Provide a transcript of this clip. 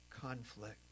conflict